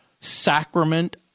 Sacrament